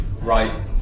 right